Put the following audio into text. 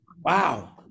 Wow